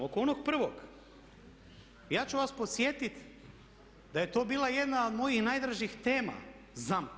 Oko onog prvog, ja ću vas podsjetiti da je to bila jedna od mojih najdražih tema ZAMP.